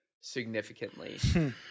significantly